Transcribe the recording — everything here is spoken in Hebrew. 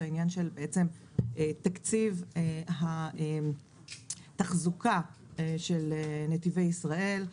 העניין של תקציב התחזוקה של נתיבי ישראל,